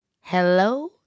hello